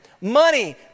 Money